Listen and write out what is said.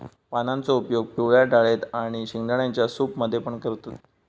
पानांचो उपयोग पिवळ्या डाळेत आणि शेंगदाण्यांच्या सूप मध्ये पण करतत